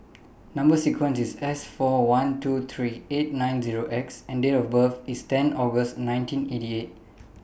Number sequence IS S four one two three eight nine Zero X and Date of birth IS ten August nineteen eighty eight